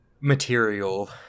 material